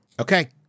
Okay